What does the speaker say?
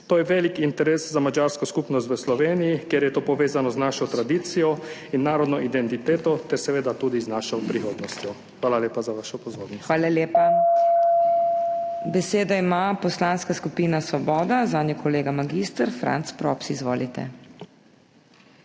To je velik interes za madžarsko skupnost v Sloveniji, kjer je to povezano z našo tradicijo in narodno identiteto ter seveda tudi z našo prihodnostjo. Hvala lepa za vašo pozornost. PODPREDSEDNICA MAG. MEIRA HOT: Hvala lepa. Besedo ima Poslanska skupina Svoboda, zanjo kolega mag. Franc Props. Izvolite.